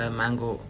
mango